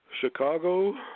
Chicago